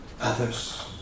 others